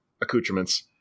accoutrements